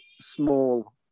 small